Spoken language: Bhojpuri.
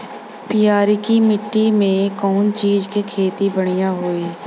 पियरकी माटी मे कउना चीज़ के खेती बढ़ियां होई?